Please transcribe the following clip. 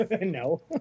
No